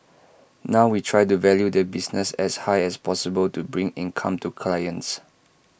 now we try to value the business as high as possible to bring income to clients